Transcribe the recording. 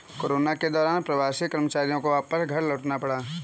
corona के दौरान प्रवासी कर्मचारियों को वापस घर लौटना पड़ा